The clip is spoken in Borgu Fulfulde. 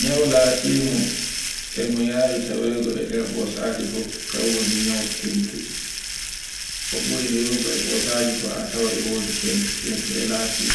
Nyawu latingu e ngu yawi yawego e nder ɓosaje fu kan woni nyawu kentu. Ko ɓuri hewugo e ɓosaje fu a tawai e wodi kendu, kentu e lati